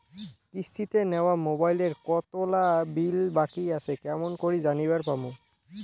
কিস্তিতে নেওয়া মোবাইলের কতোলা বিল বাকি আসে কেমন করি জানিবার পামু?